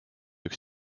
üks